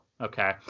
Okay